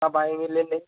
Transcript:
कब आएँगी लेने